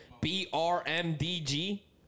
B-R-M-D-G